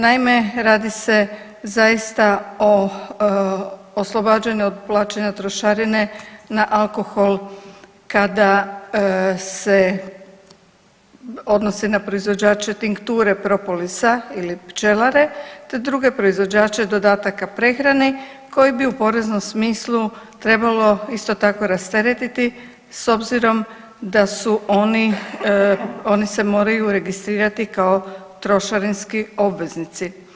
Naime, radi se zaista o oslobađanju od plaćanja trošarine na alkohol kada se odnosi na proizvođače tinkture propolisa ili pčelare, te druge proizvođače dodataka prehrani koje bi u poreznom smislu trebalo isto tako rasteretiti s obzirom da su oni, oni se moraju registrirati kao trošarinski obveznici.